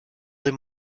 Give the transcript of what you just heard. him